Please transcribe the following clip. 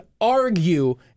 argue